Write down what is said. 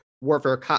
warfare